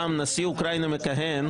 פעם נשיא אוקראינה המכהן,